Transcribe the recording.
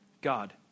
God